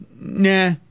nah